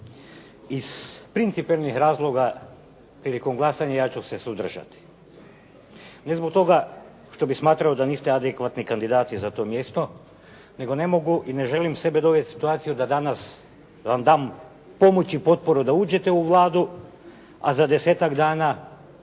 iz principijelnih razloga prilikom glasanja ja ću se suzdržati. Ne zbog toga što bih smatrao da niste adekvatni kandidati za to mjesto nego ne mogu i ne želim sebe dovesti u situaciju da danas, da vam dam pomoć i potporu da uđete u Vladu, a za desetak dana